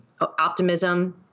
optimism